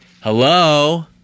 Hello